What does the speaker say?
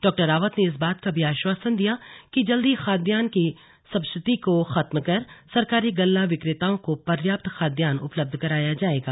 डॉ रावत ने इस बात का भी आश्वासन दिया कि जल्द ही खाद्यान्न की सब्सिडी को खत्म कर सरकारी गल्ला विक्रेताओं को पर्याप्त खाद्यान्न उपलब्ध कराया जाएगा